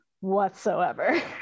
whatsoever